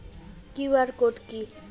QR code কি?